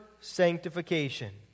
sanctification